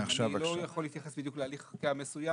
אני לא יכול להתייחס בדיוק להליך חקיקה מסוים